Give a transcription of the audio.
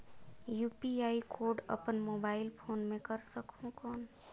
UPI code अपन mobile phone मे कर सकहुं कौन?